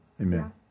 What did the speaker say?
amen